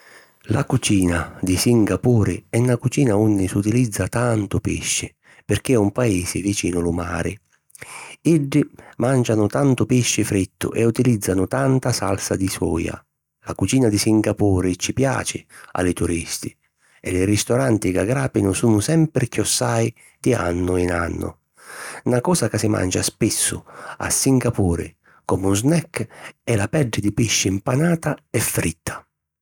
La cucina di Singapuri è na cucina unni s'utilizza tantu pisci pirchì è un paisi vicinu lu mari. Iddi màncianu tantu pisci frittu e utilìzzanu tanta salsa di soia. La cucina di Singapuri ci piaci a li turisti e li ristoranti ca gràpinu sunnu sempri chiossai di annu in annu. Na cosa ca si mancia spissu a Singapuri, comu snack, è la peddi di pisci mpanata e fritta.